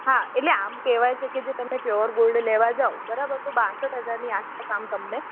હા એટલે આમ કહેવાય છે કે જે તમે પ્યોર ગોલ્ડ લેવા જાવ બરાબર તો બાસઠ હજારની આસપાસ આમ તમને